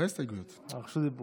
לא היו הסתייגויות, הייתה רשות דיבור.